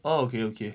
oh okay okay